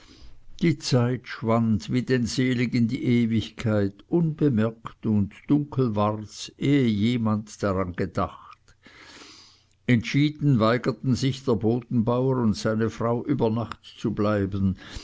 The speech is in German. die zeit schwand wie den seligen die ewigkeit unbemerkt und dunkel wards ehe jemand daran gedacht entschieden weigerten sich der bodenbauer und seine frau über nacht zu bleiben